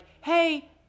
hey